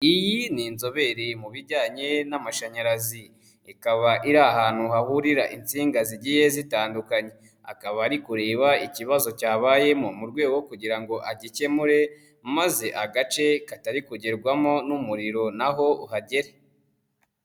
Iyi ni inzobere mu bijyanye n'amashanyarazi, ikaba iri ahantu hahurira insinga zigiye zitandukanye, akaba ari kureba ikibazo cyabayemo mu rwego rwokugira ngo agikemure maze agace katari kugerwamo umuriro naho uhagere.